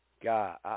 God